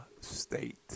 State